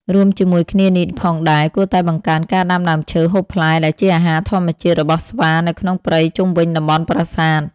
រួមជាមួយគ្នានេះផងដែរ គួរតែបង្កើនការដាំដើមឈើហូបផ្លែដែលជាអាហារធម្មជាតិរបស់ស្វានៅក្នុងព្រៃជុំវិញតំបន់ប្រាសាទ។